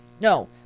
No